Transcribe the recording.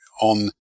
on